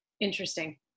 Interesting